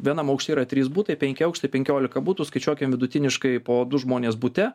vienam aukšte yra trys butai penki aukštai penkiolika butų skaičiuokim vidutiniškai po du žmonės bute